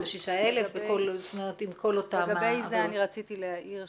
אני כן רציתי להעיר,